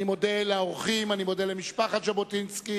אני מודה לאורחים, אני מודה למשפחת ז'בוטינסקי.